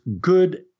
good